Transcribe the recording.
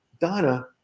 Donna